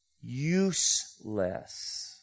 useless